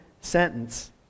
sentence